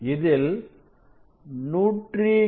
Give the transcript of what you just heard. இதில்179